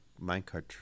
minecart